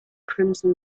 crimson